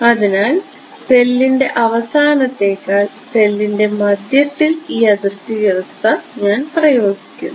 അതിനാൽ സെല്ലിന്റെ അവസാനത്തേക്കാൾ സെല്ലിന്റെ മധ്യത്തിൽ ഈ അതിർത്തി വ്യവസ്ഥ ഞാൻ പ്രയോഗിക്കുന്നു